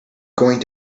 going